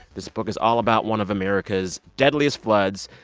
this book is all about one of america's deadliest floods,